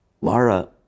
Laura